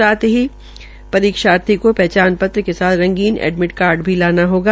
साथ ही परीक्षार्थी को पहचान पत्र के साथ रंगीन एडमिट कार्ड भी लाना होगा